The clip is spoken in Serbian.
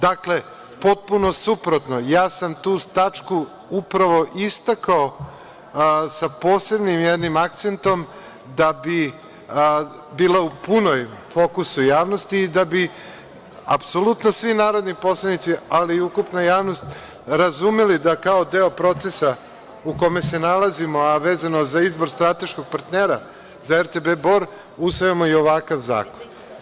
Dakle, potpuno suprotno, ja sam tu tačku upravo istakao sa posebnim jednim akcentom da bi bila u punoj fokusu javnosti i da bi apsolutno svi narodni poslanici, ali i ukupna javnost razumeli da kao deo procesa u kome se nalazimo, a vezano za izbor strateškog partnera za RTB Bor, usvajamo i ovakav zakon.